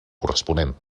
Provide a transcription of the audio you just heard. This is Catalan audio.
corresponent